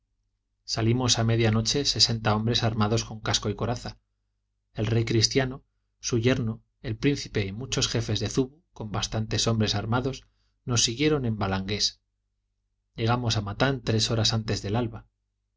salimos a media noche sesenta hombres armados con casco y coraza el rey cristiano su yerno el príncipe y muchos jefes de zubu con bastantes hombres armados nos siguieron en balangués llegamos a matan tres horas antes del alba